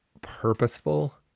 purposeful